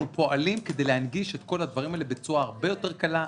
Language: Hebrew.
אנחנו פועלים להנגיש את כל הדברים האלה בצורה הרבה יותר קלה,